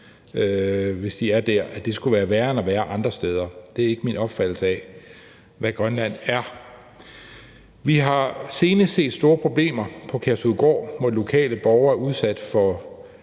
hjem, altså at det skulle være værre at være dér end andre steder. Det er ikke min opfattelse af, hvad Grønland er. Vi har senest set store problemer på Kærshovedgård, hvor lokale borgere er udsat for